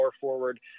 forward